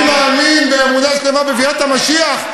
אני מאמין באמונה שלמה בביאת המשיח,